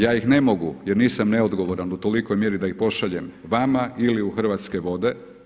Ja ih ne mogu jer nisam neodgovoran u tolikoj mjeri da ih pošaljem vama ili u Hrvatske vode.